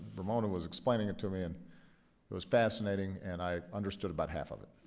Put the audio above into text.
ramona was explaining it to me and it was fascinating, and i understood about half of it.